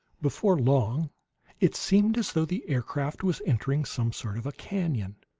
before long it seemed as though the aircraft was entering some sort of a canon.